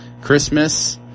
Christmas